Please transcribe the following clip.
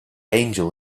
angel